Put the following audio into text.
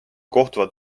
kohtuvad